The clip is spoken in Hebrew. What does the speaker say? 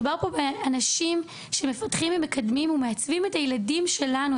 מדובר פה באנשים שמפתחים ומקדמים ומעצבים את הילדים שלנו,